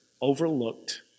overlooked